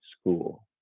school